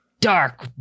dark